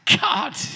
God